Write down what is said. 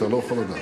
אתה לא יכול לדעת.